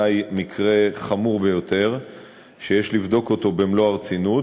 מקרה חמור ביותר שיש לבדוק אותו במלוא הרצינות,